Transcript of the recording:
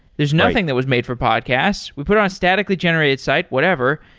there's nothing that was made for podcasts. we put on a statically generated site, whatever.